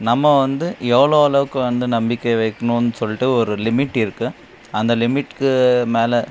நம்ம வந்து எவ்வளோ அளவுக்கு வந்து நம்பிக்கை வைக்கணுன்னு சொல்லிட்டு ஒரு லிமிட் இருக்குது அந்த லிமிட்டுக்கு மேல்